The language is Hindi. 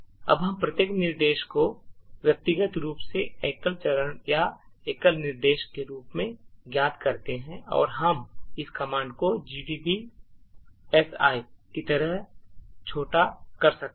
अब हम प्रत्येक निर्देश को व्यक्तिगत रूप से एकल चरण या एकल निर्देश के रूप में ज्ञात कर सकते हैं और हम इस कमांड को gbb si की तरह छोटा कर सकते हैं